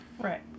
Right